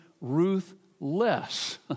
ruthless